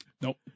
Nope